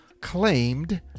claimed